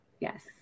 Yes